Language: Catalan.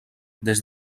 des